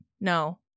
No